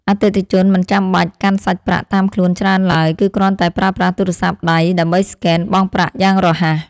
អតិថិជនមិនចាំបាច់កាន់សាច់ប្រាក់តាមខ្លួនច្រើនឡើយ គឺគ្រាន់តែប្រើប្រាស់ទូរស័ព្ទដៃដើម្បីស្កែនបង់ប្រាក់យ៉ាងរហ័ស។